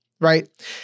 right